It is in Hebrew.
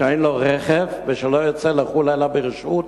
שאין לו רכב ושלא יוצא לחו"ל אלא ברשות.